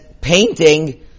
painting